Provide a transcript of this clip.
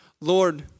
Lord